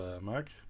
Mark